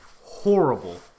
horrible